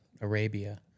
Arabia